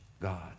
God